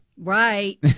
Right